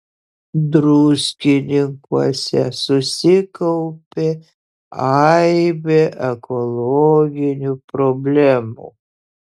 druskininkuose susikaupė aibė ekologinių problemų